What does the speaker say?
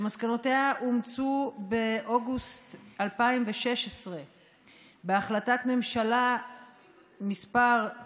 שמסקנותיה אומצו באוגוסט 2016 בהחלטת ממשלה מס' 1840,